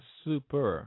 super